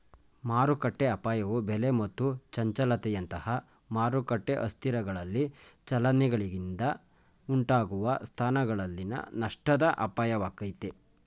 ಮಾರುಕಟ್ಟೆಅಪಾಯವು ಬೆಲೆ ಮತ್ತು ಚಂಚಲತೆಯಂತಹ ಮಾರುಕಟ್ಟೆ ಅಸ್ಥಿರಗಳಲ್ಲಿ ಚಲನೆಗಳಿಂದ ಉಂಟಾಗುವ ಸ್ಥಾನಗಳಲ್ಲಿನ ನಷ್ಟದ ಅಪಾಯವಾಗೈತೆ